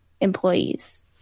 employees